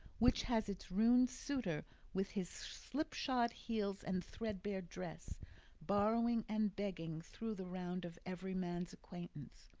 which has its ruined suitor with his slipshod heels and threadbare dress borrowing and begging through the round of every man's acquaintance,